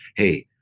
hey,